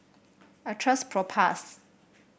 I trust Propass